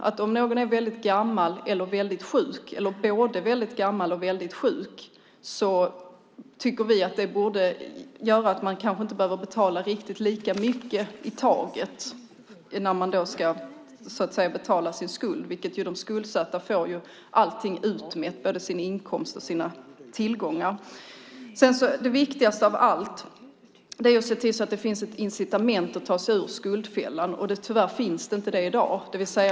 De som är väldigt gamla eller väldigt sjuka eller som är både väldigt gamla och väldigt sjuka borde kanske inte behöva betala riktigt lika mycket i taget när de ska betala sin skuld. De skuldsatta får ju allting utmätt, både sin inkomst och sina tillgångar. Det viktigaste av allt är att se till att det finns ett incitament att ta sig ur skuldfällan. Tyvärr finns inte det i dag.